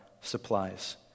supplies